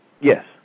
Yes